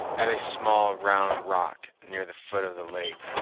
at a small round rock, near the foot of the lake,